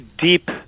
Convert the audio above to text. deep